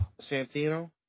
Santino